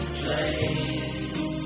place